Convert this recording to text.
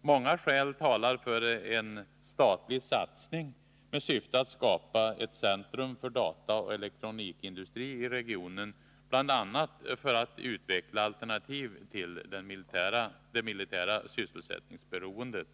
Många skäl talar för en statlig satsning med syfte att skapa ett centrum för dataoch elektronikindustri i regionen, bl.a. för att utveckla alternativ till det militära sysselsättningsberoendet.